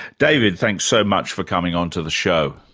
david, thanks so much for coming on to the show.